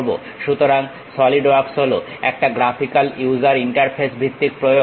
সুতরাং SolidWorks হলো একটা গ্রাফিক্যাল ইউজার ইন্টারফেস ভিত্তিক প্রয়োগ